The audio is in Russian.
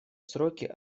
сроки